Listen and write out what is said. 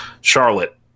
Charlotte